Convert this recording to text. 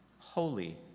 holy